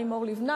6539,